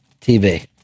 TV